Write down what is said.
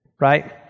right